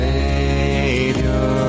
Savior